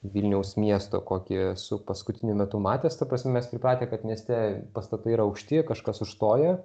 vilniaus miesto kokį esu paskutiniu metu matęs ta prasme mes pripratę kad mieste pastatai yra aukšti kažkas užstoja